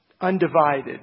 Undivided